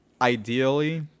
ideally